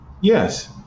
Yes